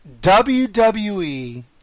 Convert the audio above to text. WWE